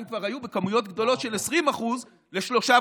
כבר היו בכמויות גדולות של 20% ל-3.5%,